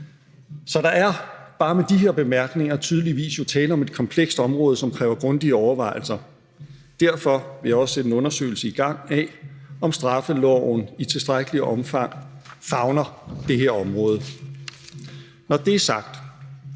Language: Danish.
Så der er, bare med de her bemærkninger, tydeligvis jo tale om et komplekst område, som kræver grundige overvejelser. Derfor vil jeg også sætte en undersøgelse i gang af, om straffeloven i tilstrækkeligt omfang favner det her område. Når det er sagt,